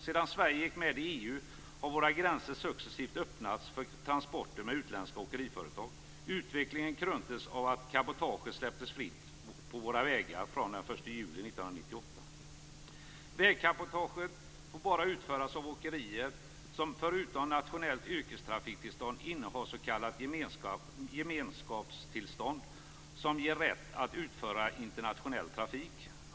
Sedan Sverige gick med i EU har våra gränser successivt öppnats för transporter med utländska åkeriföretag. Utvecklingen kröntes av att cabotaget släpptes fritt på våra vägar den 1 juli Vägcabotage får bara utföras av åkerier som förutom nationellt yrkestrafiktillstånd innehar s.k. gemenskapstillstånd som ger rätt att utföra internationell trafik.